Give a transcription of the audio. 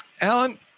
Alan